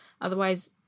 Otherwise